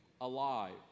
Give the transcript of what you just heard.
alive